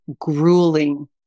grueling